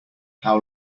how